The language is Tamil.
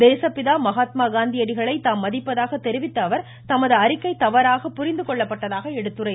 தேசப்பிதா மகாத்மா காந்தியடிகளை தாம் மதிப்பதாக தெரிவித்த அவர் தமது அறிக்கை தவறாக புரிந்துகொள்ளப்பட்டதாக எடுத்துரைத்தார்